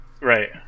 Right